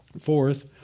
Fourth